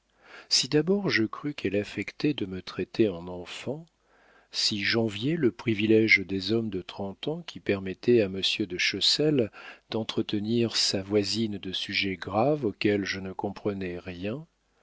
si d'abord je crus qu'elle affectait de me traiter en enfant si j'enviai le privilége des hommes de trente ans qui permettait à monsieur de chessel d'entretenir sa voisine de sujets graves auxquels je ne comprenais rien